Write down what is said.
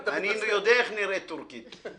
אני יודע איך נראית טורקית.